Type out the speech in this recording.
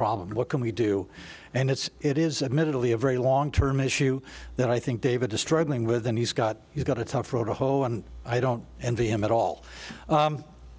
problem what can we do and it's it is admittedly a very long term issue that i think david to struggling with and he's got he's got a tough row to hoe and i don't envy him at all